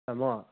ꯇꯥꯃꯣ